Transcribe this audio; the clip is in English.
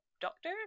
doctor